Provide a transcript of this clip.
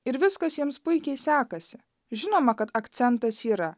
ir viskas jiems puikiai sekasi žinoma kad akcentas yra